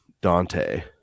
Dante